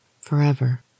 Forever